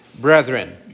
brethren